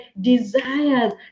desires